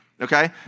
okay